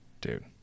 Dude